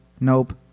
nope